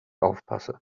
aufpasse